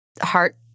heart